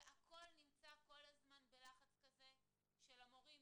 והכול נמצא כל הזמן בלחץ כזה, ולמורים